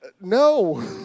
No